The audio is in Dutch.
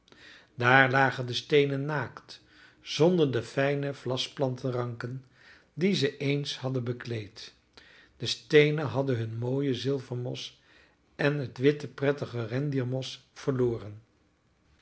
daar lagen de steenen naakt zonder de fijne vlasplantenranken die ze eens hadden bekleed de steenen hadden hun mooie zilvermos en het witte prettige rendiermos verloren